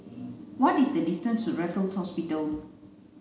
what is the distance to Raffles Hospital